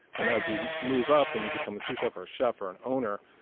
and as you move up and you become a sous chef, or a chef, or an owner,